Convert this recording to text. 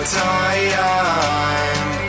time